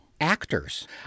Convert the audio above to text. Actors